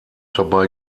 dabei